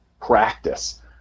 practice